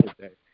today